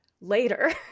later